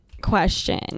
question